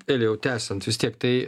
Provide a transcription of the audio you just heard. elijau tęsiant vis tiek tai